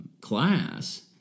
Class